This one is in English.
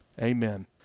amen